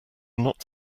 not